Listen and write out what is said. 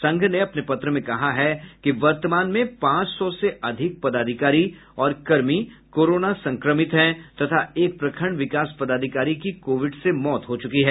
संघ ने अपने पत्र मे कहा है कि वर्तमान मे पांच सौ से अधिक पदाधिकारी और कर्मी कोरोना संक्रमित है तथा एक प्रखंड विकास पदाधिकारी की कोविड से मौत हो चुकी है